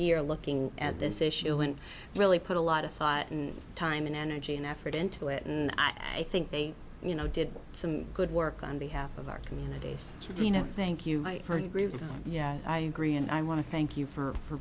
year looking at this issue and really put a lot of thought and time and energy and effort into it and i think they you know did some good work on behalf of our communities to dina thank you for agreeing yeah i agree and i want to thank you for